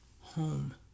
home